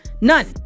None